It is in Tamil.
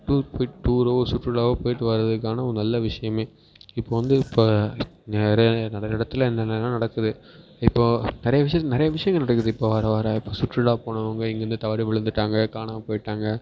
டூர் போய்ட்டு டூரோ சுற்றுலாவோ போய்ட்டு வர்றதுக்கான ஒரு நல்ல விஷயமே இப்போ வந்து இப்போ நிறைய நிறைய இடத்துல என் என்னன்னா நடக்குது இப்போது நிறைய விஷயம் நிறைய விஷியங்கள் நடக்குது இப்போ வர வர இப்போ சுற்றுலா போனவங்க இங்கே இருந்து தவறி விழுந்துட்டாங்க காணாமல் போயிட்டாங்க